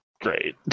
great